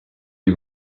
you